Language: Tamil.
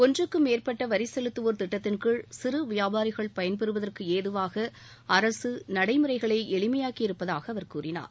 ஒன்றுக்கும் மேற்பட்ட வரி செலுத்துவோர் திட்டத்தின் கீழ் சிறு வியாபாரிகள் பயன்பெறுவதற்கு ஏதுவாக அரசு நடைமுறைகளை எளிமையாக்கி இருப்பதாக அவர் கூறினார்